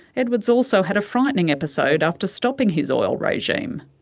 edward's also had a frightening episode after stopping his oil regime,